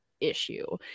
issue